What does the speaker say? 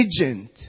agent